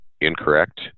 incorrect